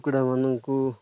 କୁକୁଡ଼ାମାନଙ୍କୁ